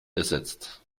ersetzt